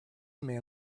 man